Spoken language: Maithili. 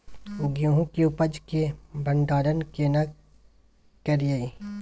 गेहूं के उपज के भंडारन केना करियै?